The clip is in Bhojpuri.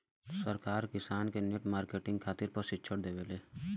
सरकार किसान के नेट मार्केटिंग खातिर प्रक्षिक्षण देबेले?